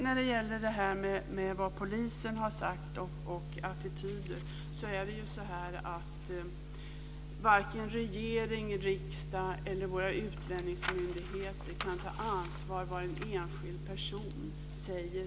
När det gäller vad polisen har sagt och attityder, kan varken regering, riksdag eller våra utlänningsmyndigheter ta ansvar för de dumheter som en enskild person säger.